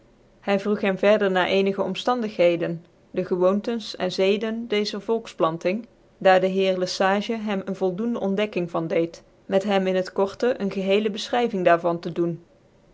hy vroeg hem verder naar ecnige omftandigheden dc gewoontens en zeden dezer volkplanting daar dc heer le sage hem een voldoende ontdekking van deed met hem in het korte ccn